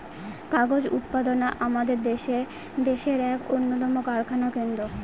কাগজ উৎপাদনা আমাদের দেশের এক উন্নতম কারখানা কেন্দ্র